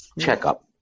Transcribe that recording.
checkup